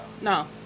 No